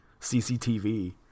CCTV